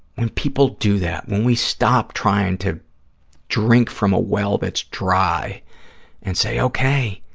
when people do that, when we stop trying to drink from a well that's dry and say, okay,